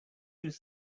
use